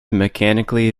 mechanically